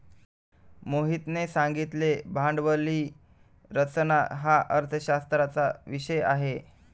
मोहितने सांगितले भांडवली रचना हा अर्थशास्त्राचा विषय आहे